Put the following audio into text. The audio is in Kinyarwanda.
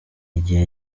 igihe